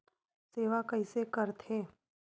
सेवा कइसे करथे?